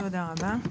תודה רבה.